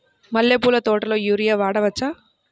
మల్లె పూల తోటలో యూరియా వాడవచ్చా?